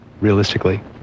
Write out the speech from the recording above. realistically